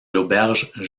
l’auberge